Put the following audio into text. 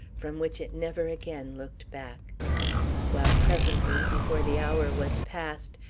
from which it never again looked back while presently, before the hour was passed,